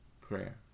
prayer